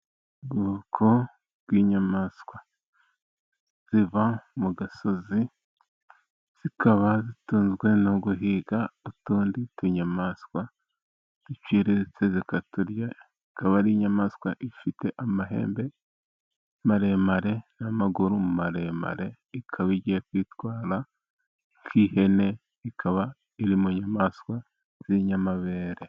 Ubwoko bw'inyamaswa ziva mu gasozi zikaba zitunzwe no guhiga utundi tunyamaswa duciriritse zikaturya, ikaba ari inyamaswa ifite amahembe maremare n'amaguru maremare. Ikaba igiye kwitwara nk'ihene ikaba iri mu nyamaswa z'inyamabere.